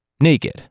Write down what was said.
naked